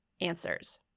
answers